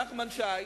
נחמן שי,